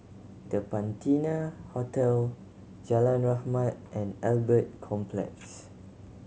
The Patina Hotel Jalan Rahmat and Albert Complex